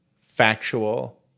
factual